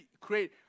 create